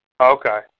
Okay